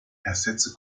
ersetze